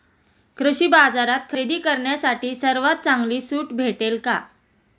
कृषी बाजारात खरेदी करण्यासाठी सर्वात चांगली सूट भेटेल का?